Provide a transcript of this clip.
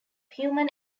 human